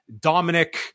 Dominic